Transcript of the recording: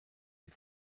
die